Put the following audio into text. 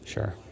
Sure